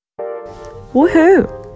Woohoo